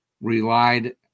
relied